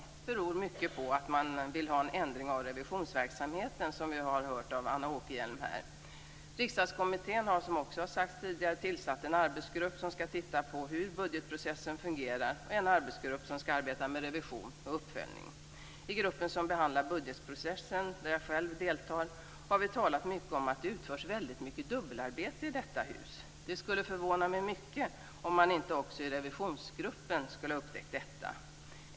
Det beror mycket på att man vill ha en ändring av revisionsverksamheten, som vi har hört av Anna Åkerhielm. Riksdagskommittén har, som också har sagts tidigare, tillsatt en arbetsgrupp som ska titta på hur budgetprocessen fungerar och en arbetsgrupp som ska arbeta med revision och uppföljning. I den grupp som behandlar budgetprocessen, där jag själv deltar, har vi talat mycket om att det utförs väldigt mycket dubbelarbete i detta hus. Det skulle förvåna mig mycket om man inte också i revisionsgruppen skulle ha upptäckt detta.